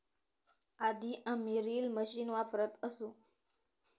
आधी आम्ही reel machine वापरत असू